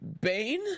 Bane